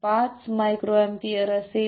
5 µA असेल